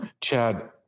Chad